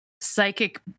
psychic